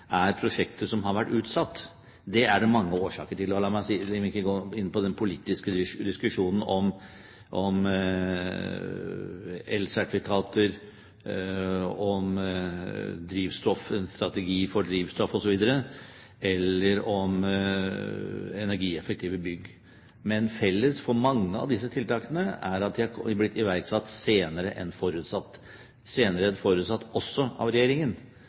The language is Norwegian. La meg ikke gå inn på den politiske diskusjonen om elsertifikater, strategi for drivstoff osv. eller om energieffektive bygg. Men felles for mange av disse tiltakene er at de er blitt iverksatt senere enn forutsatt, senere enn forutsatt også av regjeringen.